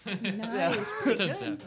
Nice